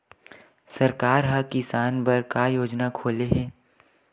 सरकार ह किसान बर का योजना खोले हे?